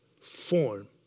form